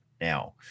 now